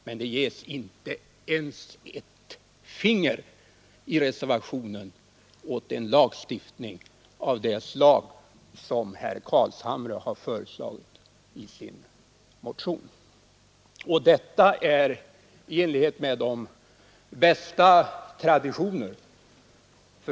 Men det ges inte ens ett finger i reservationen åt en lagstiftning av det slag som herr Carlshamre har föreslagit i sin motion — och detta i enlighet med de bästa traditioner.